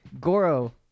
Goro